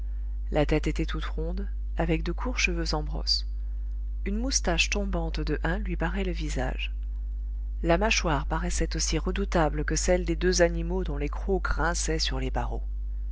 la tête était toute ronde avec de courts cheveux en brosse une moustache tombante de hun lui barrait le visage la mâchoire paraissait aussi redoutable que celle des deux animaux dont les crocs grinçaient sur les barreaux